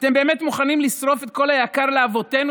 אתם באמת מוכנים לשרוף את כל היקר לאבותינו,